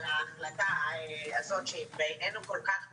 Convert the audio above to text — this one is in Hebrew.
ההחלטה הזאת שהיא בעינינו כל כך מתבקשת.